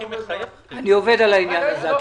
אני עובד על העניין הזה.